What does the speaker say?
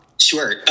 Sure